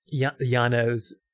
Yano's